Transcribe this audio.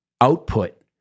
output